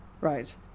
Right